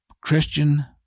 Christian